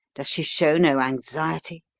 does she show no anxiety,